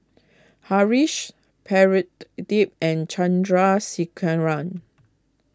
Haresh Pradip and Chandrasekaran